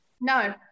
No